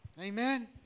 Amen